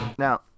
Now